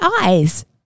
eyes